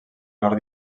nord